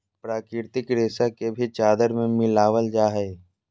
प्राकृतिक रेशा के भी चादर में मिलाबल जा हइ